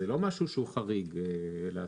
זה לא משהו שהוא חריג לעשות.